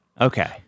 Okay